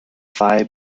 phi